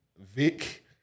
Vic